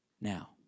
now